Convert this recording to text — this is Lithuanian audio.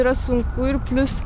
yra sunku ir plius